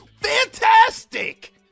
fantastic